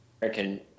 American